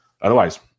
Otherwise